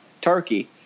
Turkey